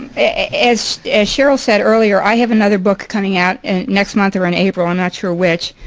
as cheryl said earlier i have another book coming out and next month or in april i'm not sure which,